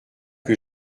que